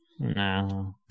No